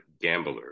Gambler